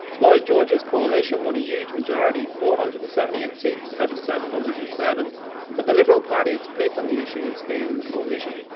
lloyd george's coalition won a huge majority four hundred and seventy eight seats out of seven hundred and seven but the liberal party had split on the issue of staying in the coalition.